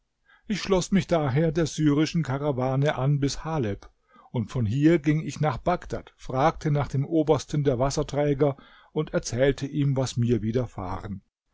ich schloß mich daher der syrischen karawane an bis haleb aleppo und von hier ging ich nach bagdad fragte nach dem obersten der wasserträger und erzählte ihm was mir widerfahren